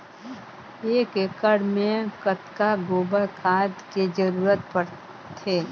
एक एकड़ मे कतका गोबर खाद के जरूरत पड़थे?